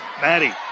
Maddie